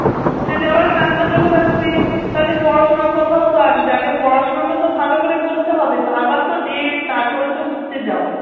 ঘুরতে যাওয়ার নামটা যখন আসবে তাহলে পড়াশোনার কথাও তো আসবে আগে পড়াশোনাটা তো ভালো করে করতে হবে তারপর তো ড্রেস তারপরে তো ঘুরতে যাওয়া